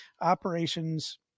Operations